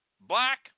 black